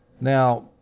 Now